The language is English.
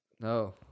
No